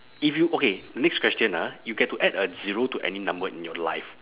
if you okay next question ah you get to add a zero to any number in your life